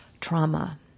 trauma